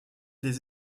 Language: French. des